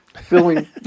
filling